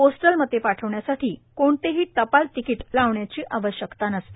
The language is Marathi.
पोस्टल मते पाठविण्यासाठी कोणतेही टपाल तिकीट लावण्याची आवश्यकता नसते